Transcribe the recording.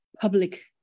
public